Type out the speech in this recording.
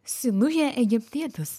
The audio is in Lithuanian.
sinuhė egiptietis